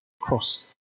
cross